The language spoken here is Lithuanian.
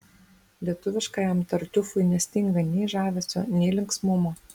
lietuviškajam tartiufui nestinga nei žavesio nei linksmumo